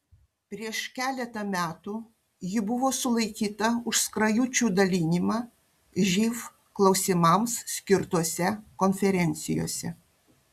prieš keletą metų ji buvo sulaikyta už skrajučių dalinimą živ klausimams skirtose konferencijose